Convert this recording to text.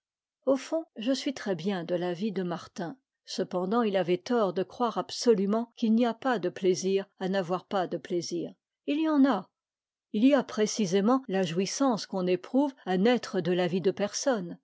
au fond je suis très bien de l'avis de martin cependant il avait tort de croire absolument qu'il n'y a pas de plaisir à n'avoir pas de plaisir il y en a il y a précisément la jouissance qu'on éprouve à n'être de l'avis de personne